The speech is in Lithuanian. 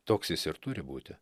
toks jis ir turi būti